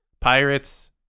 Pirates